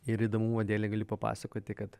ir įdomumo dėlei galiu papasakoti kad